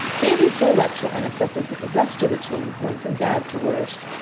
dave and sol-leks were unaffected, but the rest of the team went from bad to worse.